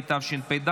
התשפ"ד